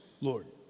Lord